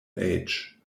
age